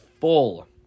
full